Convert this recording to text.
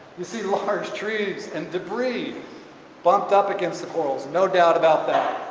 you see the large trees and debris bumped up against the corals no doubt about that.